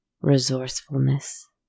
resourcefulness